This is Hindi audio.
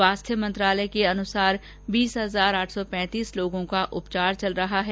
स्वास्थ्य मंत्रालय के अनुसार बीस हजार आठ सौ पैंतीस लोगों का उपचार चल रहा है